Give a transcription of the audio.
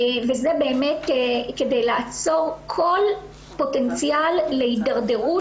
וזה באמת כדי לעצור כל פוטנציאל להידרדרות